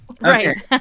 Right